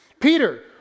Peter